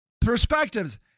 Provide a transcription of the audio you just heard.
perspectives